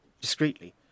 discreetly